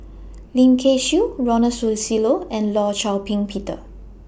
Lim Kay Siu Ronald Susilo and law Shau Ping Peter